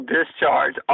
Discharge